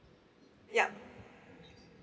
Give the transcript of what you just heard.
yup